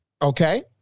Okay